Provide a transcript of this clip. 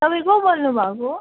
तपाईँ को बोल्नुभएको हो